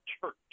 church